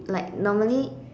like normally